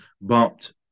bumped